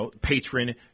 patron